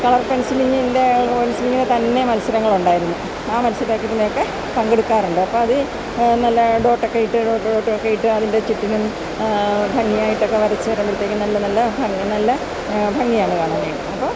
colour പെൻസിലിങ്ങിൻ്റെ pencilling തന്നെ മത്സരങ്ങളുണ്ടായിരുന്നു ആ മത്സരത്തിലൊക്കെ പങ്കെടുക്കാറുണ്ട് അപ്പോള് അത് നല്ല ഡോട്ടൊക്കെയിട്ട് ഒക്കെയിട്ട് അതിൻ്റെ ചുറ്റിനും ഭംഗിയായിട്ടൊക്കെ വരച്ച് അപ്പോള് കുട്ടികൾക്ക് നല്ല നല്ല നല്ല ഭംഗിയാണ് കാണാനായിട്ട് അപ്പോള്